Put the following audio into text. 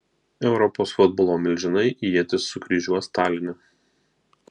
europos futbolo milžinai ietis sukryžiuos taline